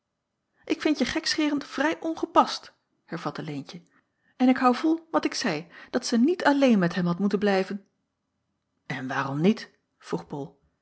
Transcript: ik vind je gekscheren vrij ongepast hervatte leentje en ik hou vol wat ik zeî dat zij niet alleen met hem had moeten blijven en waarom niet vroeg bol